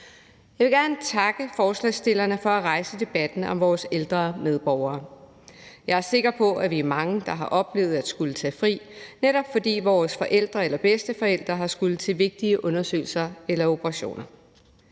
Jeg vil gerne takke forslagsstillerne for at rejse debatten om vores ældre medborgere. Jeg er sikker på, at vi er mange, der har oplevet at skulle tage fri, netop fordi vores forældre eller bedsteforældre har skullet til vigtige undersøgelser eller operationer.